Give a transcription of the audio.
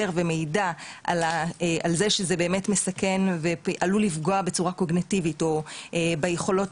ומידע על זה שזה מסכן ועלול לפגוע בצורה קוגניטיבית וביכולות